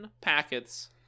packets